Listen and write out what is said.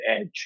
edge